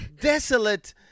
desolate